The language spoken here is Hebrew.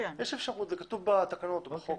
זה כתוב בתקנות או בחוק.